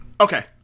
Okay